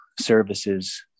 services